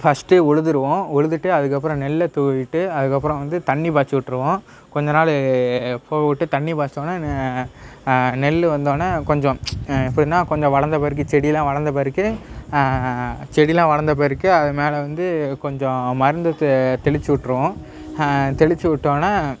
ஃபஸ்ட்டே உழுதுடுவோம் உழுதுவிட்டு அதுக்கப்புறம் நெல்லை தூவிட்டு அதுக்கப்புறம் வந்து தண்ணி பாய்ச்சுட்ருவோம் கொஞ்சநாள் போகவிட்டு தண்ணி பாய்ச்சோன்ன நெல் வந்தோவுன்ன கொஞ்சம் எப்படின்னா கொஞ்சம் வளர்ந்த பிறகு செடியெலாம் வளர்ந்த பிறகு செடியெலாம் வளர்ந்த பிறகு அதுமேலே வந்து கொஞ்சம் மருந்து தெ தெளித்து விட்ருவோம் தெளித்து விட்டோன்ன